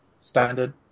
standard